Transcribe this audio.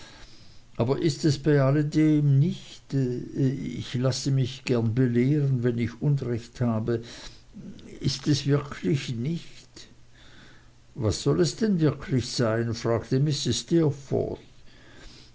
aber ist es bei alledem nicht ich lasse mich gern belehren wenn ich unrecht habe ist es wirklich nicht was soll es denn wirklich sein fragte mrs